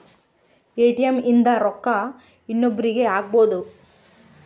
ATM ಇಂದ ರೊಕ್ಕ ಇನ್ನೊಬ್ರೀಗೆ ಹಕ್ಬೊದು